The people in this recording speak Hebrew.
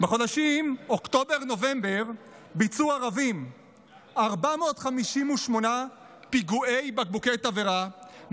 בחודשים אוקטובר-נובמבר ביצעו ערבים 458 פיגועי בקבוקי תבערה,